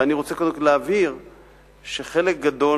אני רוצה להבהיר שחלק גדול